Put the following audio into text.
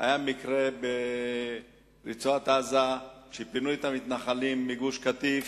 היה מקרה ברצועת-עזה שפינו את המתנחלים מגוש-קטיף.